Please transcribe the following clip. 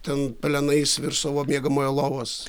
ten pelenais virš savo miegamojo lovos